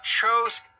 chose